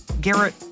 Garrett